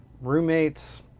roommate's